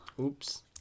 Oops